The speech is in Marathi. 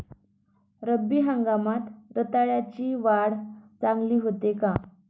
रब्बी हंगामात रताळ्याची वाढ चांगली होते का?